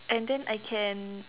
and then I can